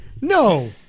No